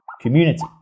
community